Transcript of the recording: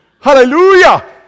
Hallelujah